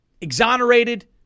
exonerated